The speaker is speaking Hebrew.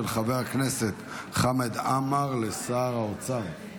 של חבר הכנסת חמד עמאר לשר האוצר,